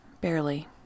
barely